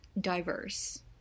diverse